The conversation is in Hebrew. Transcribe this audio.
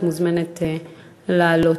את מוזמנת לעלות.